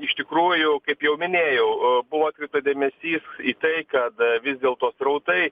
iš tikrųjų kaip jau minėjau buvo atkreiptas dėmesys į tai kad vis dėlto srautai